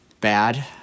bad